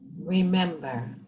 remember